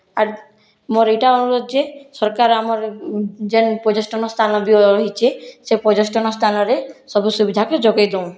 ଆର ମୋର ଇଟା ଅନୁରୋଧ ଯେ ସରକାର ଆମର ଯେନ ପର୍ଯ୍ୟସ୍ଟନ ସ୍ଥାନ ବି ରହିଛି ସେ ପର୍ଯ୍ୟସ୍ଟନ ସ୍ଥାନରେ ସବୁ ସୁବିଧାକେ ଯୋଗାଇ ଦଉନ୍